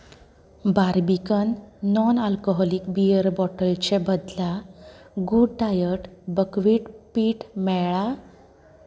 Barbican non alcoholic beer बोटलचे बदला good diet buckwheat पीठ मेळ्ळा